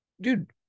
dude